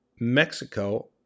Mexico